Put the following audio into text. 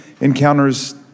encounters